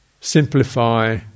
simplify